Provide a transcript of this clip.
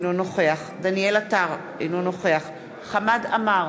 אינו נוכח דניאל עטר, אינו נוכח חמד עמאר,